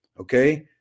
okay